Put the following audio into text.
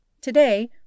Today